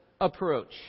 approach